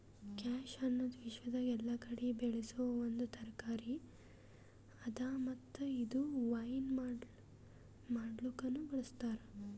squash ಅನದ್ ವಿಶ್ವದಾಗ್ ಎಲ್ಲಾ ಕಡಿ ಬೆಳಸೋ ಒಂದ್ ತರಕಾರಿ ಅದಾ ಮತ್ತ ಇದು ವೈನ್ ಮಾಡ್ಲುಕನು ಬಳ್ಸತಾರ್